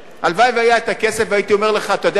הלוואי שהיה הכסף והייתי אומר לך: אתה יודע מה?